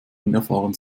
unerfahren